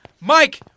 Mike